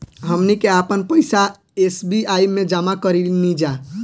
हमनी के आपन पइसा एस.बी.आई में जामा करेनिजा